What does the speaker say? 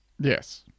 Yes